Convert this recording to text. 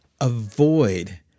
avoid